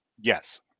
yes